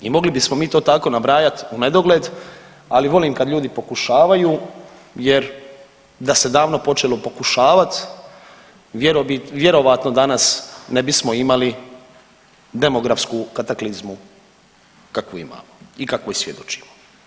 I mogli bismo mi to tako nabrajati u nedogled, ali volim kad ljudi pokušavaju jer da se davno počelo pokušavat vjerojatno danas ne bismo imali demografsku kataklizmu kakvu imamo i kakvoj svjedočimo.